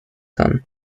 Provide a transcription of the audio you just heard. son